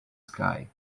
sky